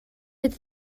ydy